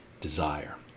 desire